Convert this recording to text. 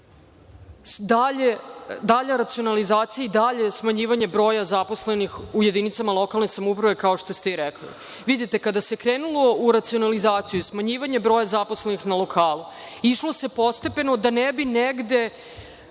dalje racionalizaciji, dalje smanjivanje broja zaposlenih u jedinicama lokalne samouprave, kao što ste i rekli. Vidite, kada se krenulo u racionalizaciju, smanjivanje broja zaposlenih na lokalu, išlo se postepeno da ne bi negde